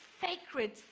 sacred